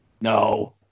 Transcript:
no